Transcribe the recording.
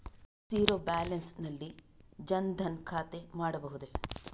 Zero balance ನಲ್ಲಿ ಜನ್ ಧನ್ ಖಾತೆ ಮಾಡಬಹುದೇ?